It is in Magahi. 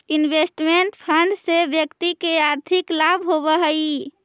इन्वेस्टमेंट फंड से व्यक्ति के आर्थिक लाभ होवऽ हई